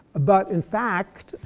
but in fact,